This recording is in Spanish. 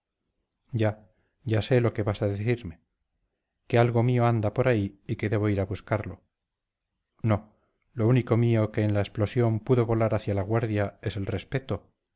ya ya sé lo que vas a decirme que algo mío anda por ahí y que debo ir a buscarlo no lo único mío que en la explosión pudo volar hacia la guardia es el respeto